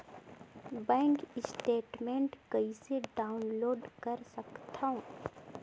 Bank statement कइसे download कर सकथव?